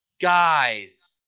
Guys